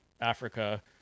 Africa